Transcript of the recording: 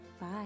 Bye